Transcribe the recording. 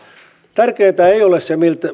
tärkeintä ei ole se miltä